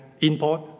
import